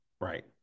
Right